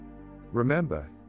Remember